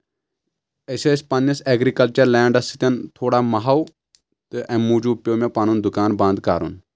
أسۍ ٲسۍ پننِس اؠگرِکلچر لینٛڈس سۭتۍ تھوڑا مہو تہٕ امہِ موٗجوٗب پیٚو مےٚ پنُن دُکان بنٛد کرُن